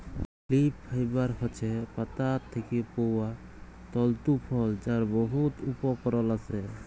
leaf fibre হছে পাতা থ্যাকে পাউয়া তলতু ফল যার বহুত উপকরল আসে